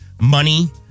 money